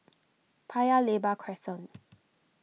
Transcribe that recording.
Paya Lebar Crescent